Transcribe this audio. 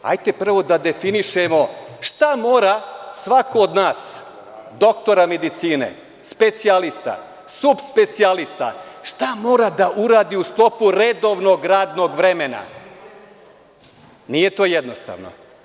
Hajde prvo da definišemo šta mora svako od nas doktora medicine, specijalista, subspecijalista, šta mora da uradi u sklopu redovnog radnog vremena, nije to jednostavno.